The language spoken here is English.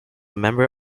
member